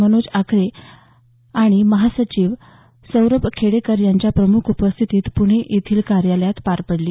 मनोज आखरे आणि महासचिव सौरभ खेडेकर यांच्या प्रमुख उपस्थितीत पुणे येथील कार्यालयात पार पडली